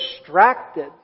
distracted